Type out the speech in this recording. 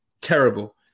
Terrible